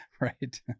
Right